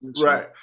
right